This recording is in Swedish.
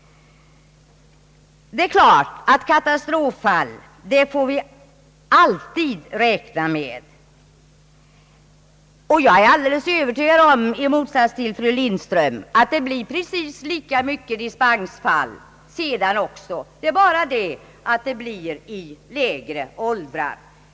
Det är klart att vi alltid får räkna med katastroffall, och jag är alldeles övertygad om — i motsats till fru Lindström — att det blir precis lika många dispensfall sedan också. Skillnaden är bara den att det blir i lägre åldrar.